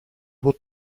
would